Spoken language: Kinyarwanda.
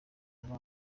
kintu